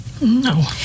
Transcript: No